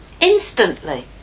Instantly